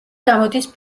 გამოდის